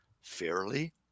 fairly